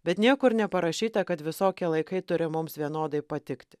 bet niekur neparašyta kad visokie laikai turi mums vienodai patikti